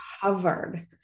covered